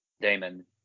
damon